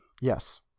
Yes